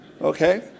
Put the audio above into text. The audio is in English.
Okay